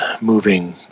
moving